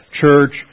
church